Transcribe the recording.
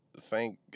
Thank